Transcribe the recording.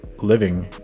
living